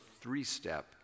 three-step